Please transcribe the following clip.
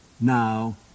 Now